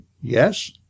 yes